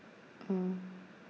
mm